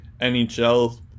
NHL